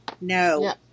No